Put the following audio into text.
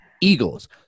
Eagles